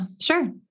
sure